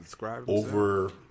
over